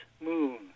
moon